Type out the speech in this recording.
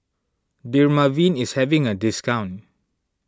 Dermaveen is having a discount